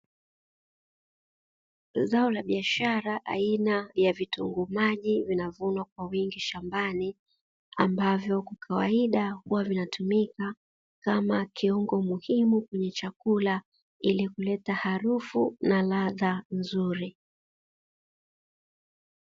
Zao biashara aina ya vitunguu maji, vinavunwa kwa wingi shambani, ambavyo kwa kawaida huwa vinatumika kama kiungo muhimu kwenye chakula, ili kuleta harufu na ladha nzuri.